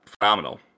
phenomenal